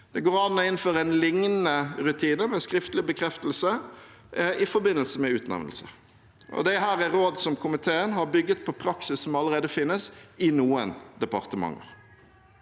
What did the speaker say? Det går an å innføre en liknende rutine med en skriftlig bekreftelse i forbindelse med utnevnelse. Dette er råd som komiteen har bygget på praksis som allerede finnes i noen departementer.